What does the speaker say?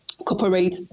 cooperate